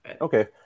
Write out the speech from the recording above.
Okay